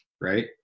right